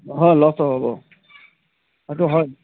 হয় লষ্ট হ'বটো সেইটো হয়